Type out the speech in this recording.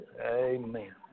amen